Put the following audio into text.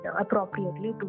appropriately